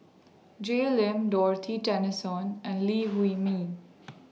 Jay Lim Dorothy Tessensohn and Lee Huei Min